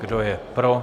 Kdo je pro?